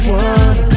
one